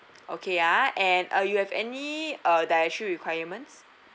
okay ah and uh you have any uh dietary requirements